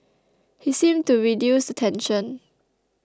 he seemed to reduce the tension